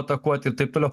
atakuot ir taip toliau